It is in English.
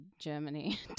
Germany